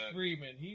Freeman